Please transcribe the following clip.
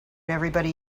everybody